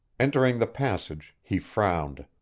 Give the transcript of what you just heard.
entering the passage, he frowned.